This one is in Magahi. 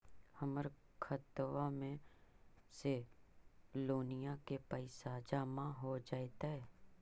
हमर खातबा में से लोनिया के पैसा जामा हो जैतय?